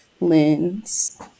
lens